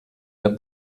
der